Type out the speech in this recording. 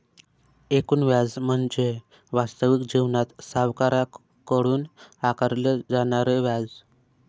एकूण व्याज म्हणजे वास्तविक जीवनात सावकाराकडून आकारले जाणारे व्याज